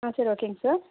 ஆ சரி ஓகேங்க சார்